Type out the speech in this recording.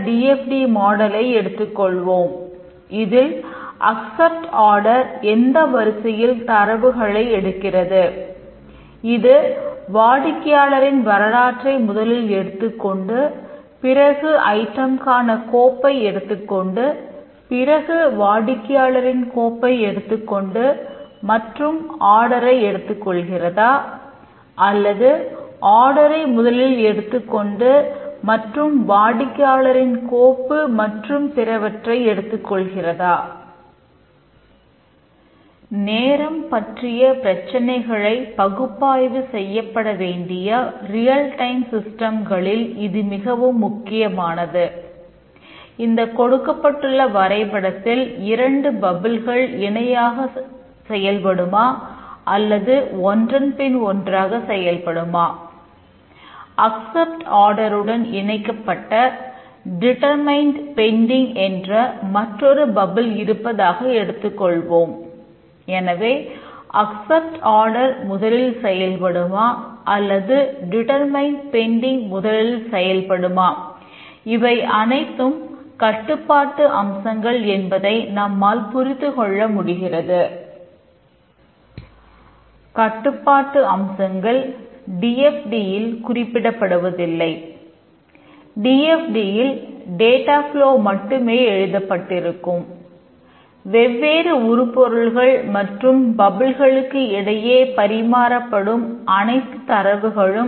D F T வரைபடத்தை நீட்டிக்க முடியும்